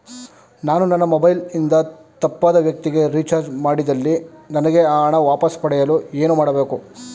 ನಾನು ನನ್ನ ಮೊಬೈಲ್ ಇಂದ ತಪ್ಪಾದ ವ್ಯಕ್ತಿಗೆ ರಿಚಾರ್ಜ್ ಮಾಡಿದಲ್ಲಿ ನನಗೆ ಆ ಹಣ ವಾಪಸ್ ಪಡೆಯಲು ಏನು ಮಾಡಬೇಕು?